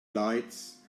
lights